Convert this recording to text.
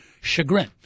chagrin